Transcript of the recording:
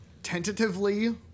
tentatively